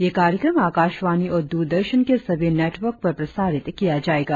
यह कार्यक्रम आकाशवाणी और दूरदर्शन के सभी नेटवर्क पर प्रसारित किया जायेगा